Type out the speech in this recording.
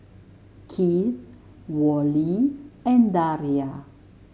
Kieth Worley and Daria